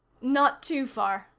not too far,